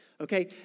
okay